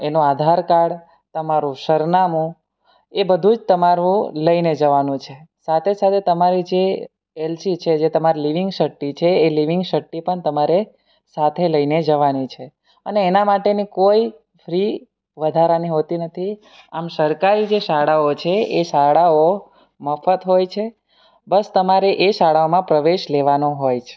એનો આધાર કાડ તમારું સરનામું એ બધું જ તમારું લઈને જવાનુ છે સાથે સાથે તમારી જે એલસી છે જે તમારી લિવિંગ શટી છે એ લિવિંગ શટી પણ તમારે સાથે લઈને જવાની છે અને એના માટેની કોઈ ફ્રી વધારાની હોતી નથી આમ સરકારી જે શાળાઓ છે એ શાળાઓ મફત હોય છે બસ તમારે એ શાળામાં પ્રવેશ લેવાનો હોય છે